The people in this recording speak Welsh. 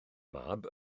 mab